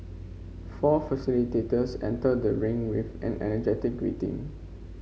four facilitators enter the ring with an energetic greeting